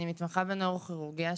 אני מתמחה בנוירוכירורגיה,